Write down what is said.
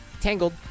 Tangled